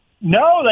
No